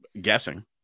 guessing